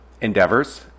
endeavors